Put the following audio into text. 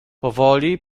powoli